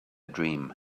dream